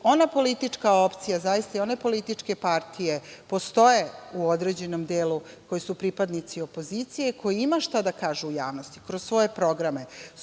Ona politička opcija i one političke partije postoje u određenom delu, koje su pripadnici opozicije, koji ima šta da kažu u javnosti kroz svoje programe,